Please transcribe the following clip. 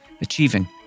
achieving